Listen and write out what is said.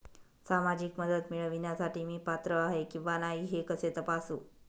सामाजिक मदत मिळविण्यासाठी मी पात्र आहे किंवा नाही हे कसे तपासू?